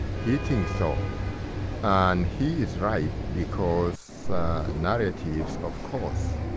he thinks so. and he is right, because narratives of course,